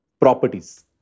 properties